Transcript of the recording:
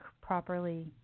properly